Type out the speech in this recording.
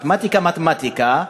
מתמטיקה זה מתמטיקה,